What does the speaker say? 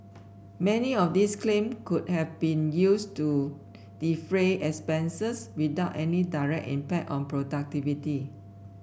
many of these claim could have been used to defray expenses without any direct impact on productivity